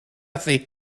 thi